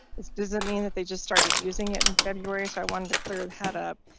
this doesn't mean that they just started using it in february, so i wanted to clear that up.